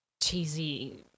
cheesy